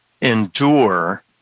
endure